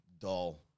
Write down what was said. dull